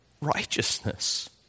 righteousness